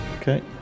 Okay